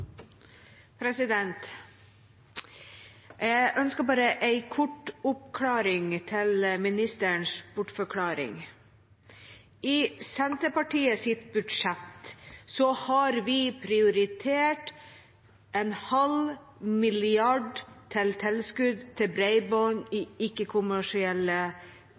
Jeg ønsker bare en kort oppklaring av ministerens bortforklaring. I Senterpartiets budsjett har vi prioritert 0,5 mrd. kr i tilskudd til bredbånd der det ikke er